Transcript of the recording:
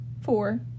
Four